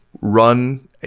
run